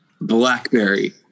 Blackberry